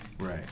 Right